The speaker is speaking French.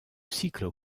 cyclo